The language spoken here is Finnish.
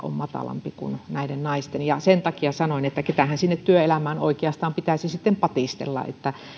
on matalampi kuin näillä naisilla ja sen takia kysyin ketähän sinne työelämään oikeastaan pitäisi sitten patistella